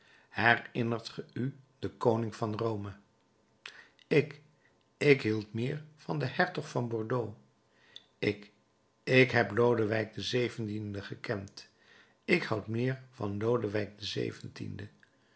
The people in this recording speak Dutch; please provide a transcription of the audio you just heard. herinnert ge u den koning van rome ik ik hield meer van den hertog van bordeaux ik ik heb lodewijk xvii gekend ik houd meer van lodewijk xvii